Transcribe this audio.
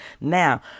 Now